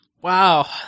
wow